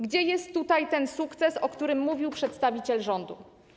Gdzie jest ten sukces, o którym mówił przedstawiciel rządu?